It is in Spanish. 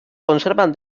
conservan